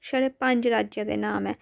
छड़े पंज राज्यें दे नांऽ ऐ